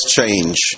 Change